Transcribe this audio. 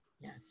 Yes